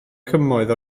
cymoedd